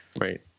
right